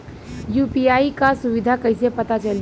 UPI क सुविधा कैसे पता चली?